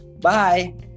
Bye